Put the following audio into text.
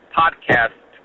podcast